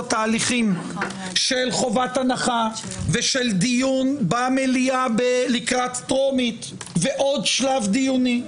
התהליכים של חובת הנחה ושל דיון במליאה לקראת טרומית ועוד שלב דיוני,